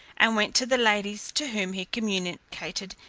and went to the ladies, to whom he communicated,